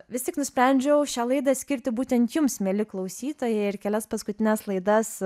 vis tik nusprendžiau šią laidą skirti būtent jums mieli klausytojai ir kelias paskutines laidas